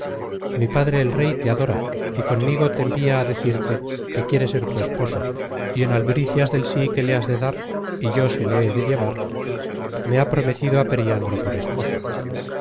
mi padre el rey te adora y conmigo te envia á decir que quiere ser tu esposo y en albricias del sí que le has de dar y yo se le he de llevar me ha prometido á periandro por esposo